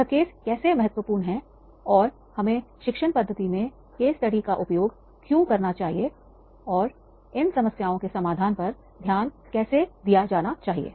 यह केस कैसे महत्वपूर्ण हैं और हमें शिक्षण पद्धति में केस स्टडी का उपयोग क्यों करना चाहिए और इन समस्याओं के समाधान पर ध्यान कैसे दिया जाना चाहिए